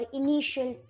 initial